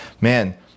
man